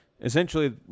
essentially